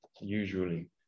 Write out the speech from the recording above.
usually